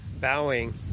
bowing